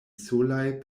solaj